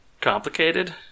complicated